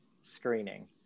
screening